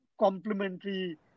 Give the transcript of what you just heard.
complementary